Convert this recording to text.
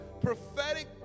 prophetic